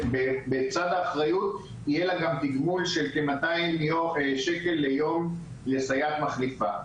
בצד האחריות יהיה לה גם תגמול של כמאתיים שקל ליום לסייעת מחליפה.